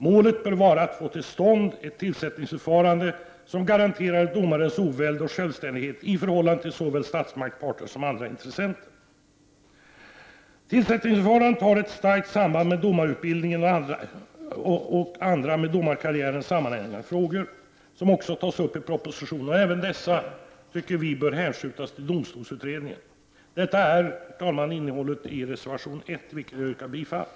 Målet bör vara att få till stånd ett tillsättningsförfarande som garanterar domarens oväld och självständighet i förhållande till såväl statsmakterna som parter och andra intressenter. Tillsättningsförfarandet har ett starkt samband med domarutbildningen och andra med domarkarriären sammanhängande frågor, som också tas upp i propositionen. Även dessa, tycker vi, bör hänskjutas till domstolsutredningen. Detta är innehållet i reservation 1, till vilken jag yrkar bifall.